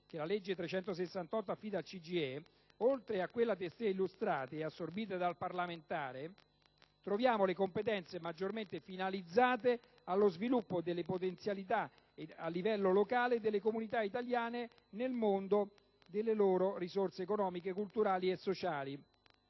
che la legge n. 368 del 1989 affida al CGIE, oltre a quelle testé illustrate e assorbite dal parlamentare, troviamo le competenze maggiormente finalizzate allo sviluppo delle potenzialità a livello locale delle comunità italiane nel mondo e delle loro risorse economiche, culturali e sociali.